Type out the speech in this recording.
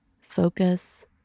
focus